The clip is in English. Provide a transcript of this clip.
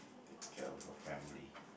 take care of your family